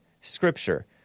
scripture